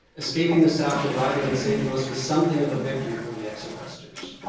escaping the south and arriving in st. louis was something of a victory for the exodusters,